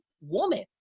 woman